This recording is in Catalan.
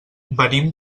venim